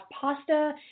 pasta